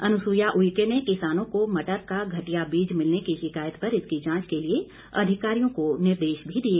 अनसुइया उईके ने किसानों को मटर का घटिया बीज मिलने की शिकायत पर इसकी जांच के लिए अधिकारियों को निर्देश भी दिए